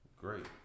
Great